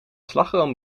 slagroom